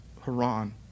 Haran